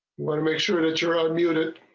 want to make sure that your own unit.